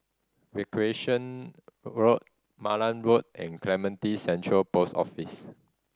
Recreation Road Malan Road and Clementi Central Post Office